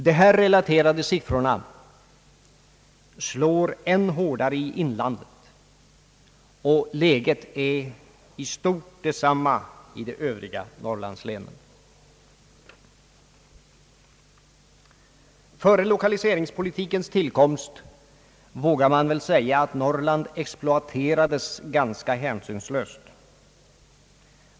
De här relaterade förhållandena är ännu mera markerade, slår ännu hårdare i inlandet, och läget är i stort detsamma i de övriga norrlandslänen. Man vågar väl säga att Norrland före lokaliseringspolitikens tillkomst exploaterades ganska hänsynslöst.